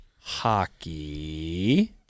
Hockey